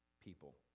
people